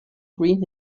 green